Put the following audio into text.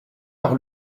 par